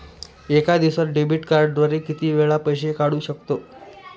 एका दिवसांत डेबिट कार्डद्वारे किती वेळा पैसे काढू शकतो?